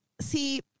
see